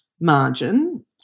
margin